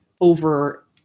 over